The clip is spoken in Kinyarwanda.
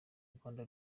rwanda